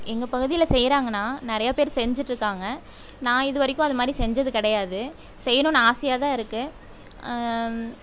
எங்கள் பகுதியில் செய்கிறாங்கன்னா நிறையா பேர் செஞ்சிட்டுருக்காங்க நான் இது வரைக்கும் அதை மாதிரி செஞ்சது கெடையாது செய்ணும்னு ஆசையாக தான் இருக்குது